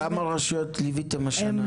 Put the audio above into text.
כמה רשויות ליוויתם השנה?